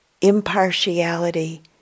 impartiality